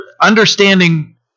understanding